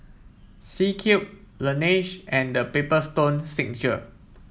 C Cube Laneige and The Paper Stone Signature